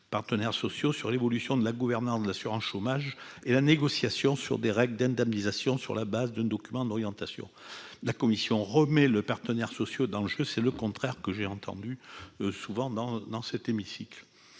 partenaires sociaux, pour l'évolution de la gouvernance de l'assurance chômage et la négociation des règles d'indemnisation, sur la base d'un document d'orientation. La commission remet donc les partenaires sociaux dans le jeu, contrairement à ce que j'ai entendu dire à plusieurs reprises